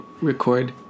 record